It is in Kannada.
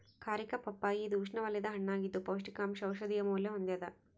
ಕಾರಿಕಾ ಪಪ್ಪಾಯಿ ಇದು ಉಷ್ಣವಲಯದ ಹಣ್ಣಾಗಿದ್ದು ಪೌಷ್ಟಿಕಾಂಶ ಔಷಧೀಯ ಮೌಲ್ಯ ಹೊಂದ್ಯಾದ